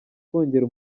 twongera